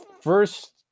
first